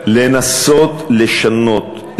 לנסות לשנות,